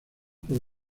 por